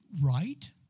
right